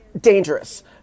dangerous